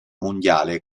mondiale